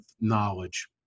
knowledge